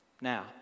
Now